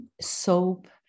soap